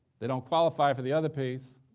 they don't qualify for the other piece,